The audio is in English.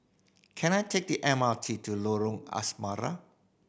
can I take the M R T to Lorong Asrama